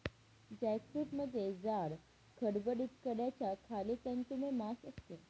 जॅकफ्रूटमध्ये जाड, खडबडीत कड्याच्या खाली तंतुमय मांस असते